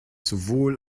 sowohl